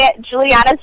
juliana's